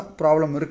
problem